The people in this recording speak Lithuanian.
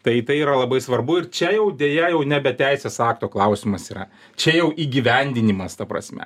tai tai yra labai svarbu ir čia jau deja jau nebe teisės akto klausimas yra čia jau įgyvendinimas ta prasme